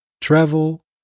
travel